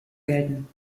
gelten